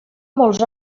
molts